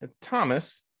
Thomas